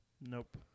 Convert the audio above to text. Nope